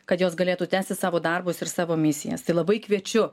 kad jos galėtų tęsti savo darbus ir savo misijas tai labai kviečiu